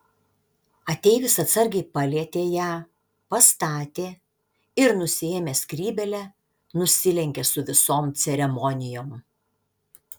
ateivis atsargiai palietė ją pastatė ir nusiėmęs skrybėlę nusilenkė su visom ceremonijom